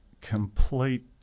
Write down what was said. complete